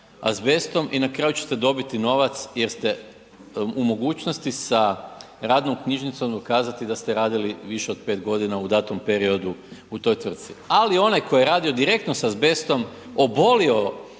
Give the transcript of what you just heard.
i na kraju ćete dobiti novac jer ste u mogućnosti sa radnom knjižicom dokazati da ste radili više od 5 godina u datom periodu u toj tvrtki. Ali, onaj koji je radio direktno s azbestom, obolio